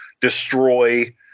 destroy